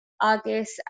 August